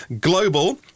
Global